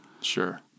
sure